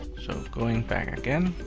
so going back again,